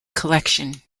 collection